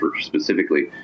specifically